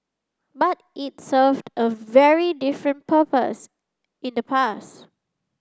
but it served a very different purpose in the past